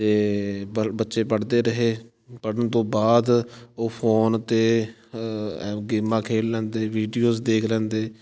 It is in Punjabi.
ਅਤੇ ਪਰ ਬੱਚੇ ਪੜ੍ਹਦੇ ਰਹੇ ਪੜ੍ਹਣ ਤੋਂ ਬਾਅਦ ਉਹ ਫੋਨ 'ਤੇ ਗੇਮਾਂ ਖੇਲ ਲੈਂਦੇ ਵੀਡੀਓਜ਼ ਦੇਖ ਲੈਂਦੇ